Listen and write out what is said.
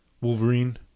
Wolverine